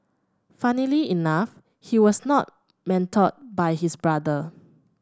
funnily enough he was not mentored by his brother